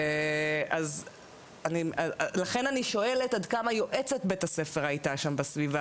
אז לכן אני שואלת עד כמה יועצת בית הספר הייתה שם בסביבה,